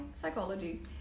psychology